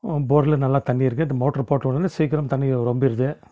போரில் நல்லா தண்ணி இருக்கு இந்த மோட்டர் போட்ட உடனே சீக்கிரம் தண்ணி ரொம்பிருது